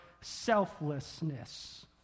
selflessness